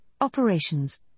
operations